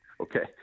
okay